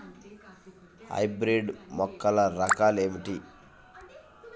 Hybrid మొక్కల రకాలు ఏమిటి?